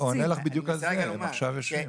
הוא עונה לך בדיוק על זה, הם עכשיו יושבים.